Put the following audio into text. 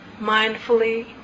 mindfully